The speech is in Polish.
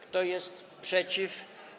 Kto jest przeciw?